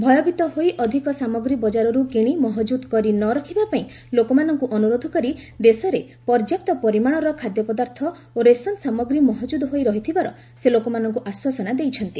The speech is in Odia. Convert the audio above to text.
ଭୟଭୀତ ହୋଇ ଅଧିକ ସାମଗ୍ରୀ ବଜାରରୁ କିଣି ମହଜୁଦ କରି ନ ରଖିବା ପାଇଁ ଲୋକମାନଙ୍କୁ ଅନୁରୋଧ କରି ଦେଶରେ ପର୍ଯ୍ୟାପ୍ତ ପରିମାଣର ଖାଦ୍ୟ ପଦାର୍ଥ ଓ ରେସନ ସାମଗ୍ରୀ ମହକୁଦ ହୋଇ ରହିଥିବାର ସେ ଲୋକମାନଙ୍କୁ ଆଶ୍ୱାସନା ଦେଇଛନ୍ତି